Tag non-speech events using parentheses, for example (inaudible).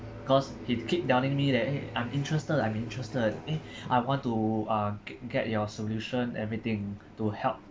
cause he keep telling me that eh I am interested I'm interested eh (breath) I want to uh g~ get your solution everything to help